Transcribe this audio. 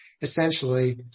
essentially